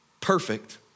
perfect